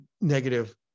negative